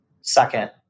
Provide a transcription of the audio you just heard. Second